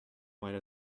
might